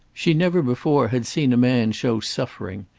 she never before had seen a man show suffering.